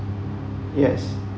yes